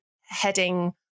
heading